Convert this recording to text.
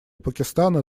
пакистана